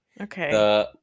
Okay